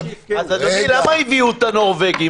אז, אדוני, למה הביאו את הנורבגי?